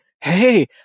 Hey